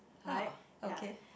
ha okay